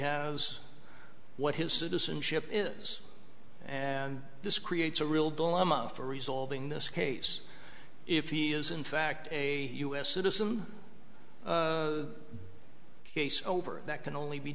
has what his citizenship is and this creates a real dilemma for resolving this case if he is in fact a us citizen case over that can only be